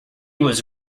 was